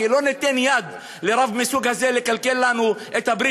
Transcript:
כי לא ניתן יד לרב מהסוג הזה לקלקל לנו את ברית